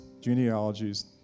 genealogies